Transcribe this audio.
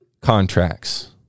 contracts